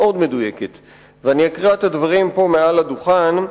ואני אקרא את הדברים מעל הדוכן.